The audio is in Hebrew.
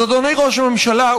אז אדוני ראש הממשלה,